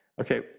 Okay